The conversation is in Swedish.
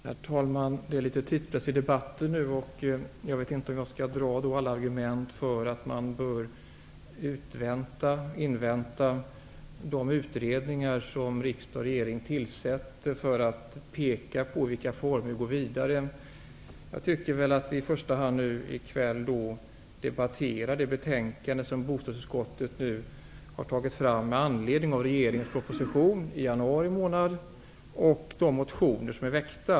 Herr talman! Det är litet tidspress i debatten nu, så jag skall kanske inte anföra alla argument för att man bör invänta de utredningar som riksdag och regering tillsätter då det gäller olika former för det fortsatta arbetet. I första hand tycker jag nog att vi i kväll skall debattera det betänkande som bostadsutskottet har tagit fram med anledning av den proposition som regeringen lade fram i januari månad och de motioner som har väckts.